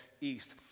east